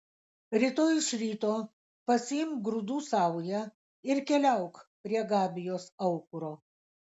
rytoj iš ryto pasiimk grūdų saują ir keliauk prie gabijos aukuro